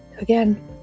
again